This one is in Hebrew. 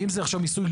אם זה עכשיו מיסוי,